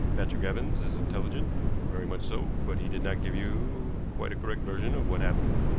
patrick evans is intelligent very much so but he did not give you quite a correct version of what happened.